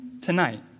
tonight